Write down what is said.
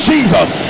Jesus